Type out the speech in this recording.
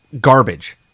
garbage